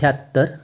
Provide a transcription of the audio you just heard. अठ्याहत्तर